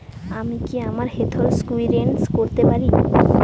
আমি কি আমার হেলথ ইন্সুরেন্স করতে পারি?